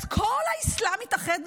אז כל האסלאם יתאחד,